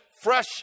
fresh